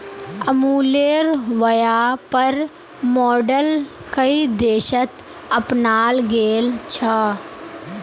अमूलेर व्यापर मॉडल कई देशत अपनाल गेल छ